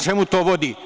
Čemu to vodi?